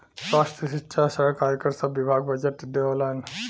स्वास्थ्य, सिक्षा, सड़क, आयकर सब विभाग बजट देवलन